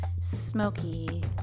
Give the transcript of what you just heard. smoky